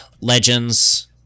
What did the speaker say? Legends